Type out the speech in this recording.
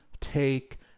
take